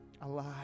alive